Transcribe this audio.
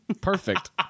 Perfect